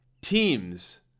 teams